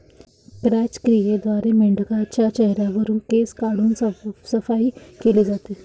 क्रॅच क्रियेद्वारे मेंढाच्या चेहऱ्यावरुन केस काढून साफसफाई केली जाते